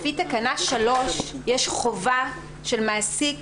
לפי תקנה 3 יש חובה של מעסיק,